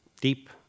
deep